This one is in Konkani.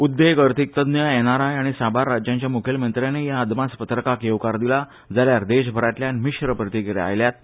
उद्देग अर्थिक तझ एन आर आय आनी साबार राज्यांच्या मुखेलमंत्र्यानी ह्या अदमासपत्रकाक येवकार दिला जाल्यार देशभरातल्यान मिश्र प्रतिक्रिया आयल्यात